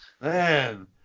Man